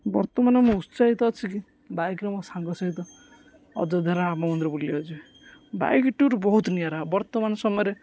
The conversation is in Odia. ବର୍ତ୍ତମାନ ମୋ ଉତ୍ସାହିତ ଅଛି କି ବାଇକ୍ରେ ମୋ ସାଙ୍ଗ ସହିତ ଅଯୋଧ୍ୟାର ରାମ ମନ୍ଦିର ବୁଲିବାକୁ ଯିବି ବାଇକ୍ ଟୁର୍ ବହୁତ ନିଆରା ବର୍ତ୍ତମାନ ସମୟରେ